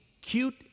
cute